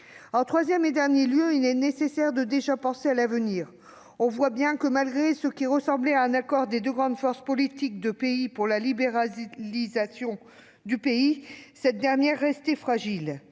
En troisième et dernier lieu, il est d'ores et déjà nécessaire de penser à l'avenir. On le voit bien, malgré ce qui ressemblait à un accord des deux grandes forces politiques birmanes en faveur de la libéralisation du pays, cette dernière restait fragile.